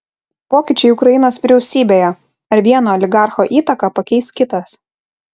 pokyčiai ukrainos vyriausybėje ar vieno oligarcho įtaką pakeis kitas